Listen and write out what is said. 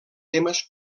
temes